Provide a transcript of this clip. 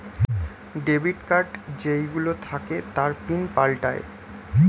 debit card যেই গুলো থাকে তার পিন পাল্টায়ে